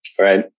Right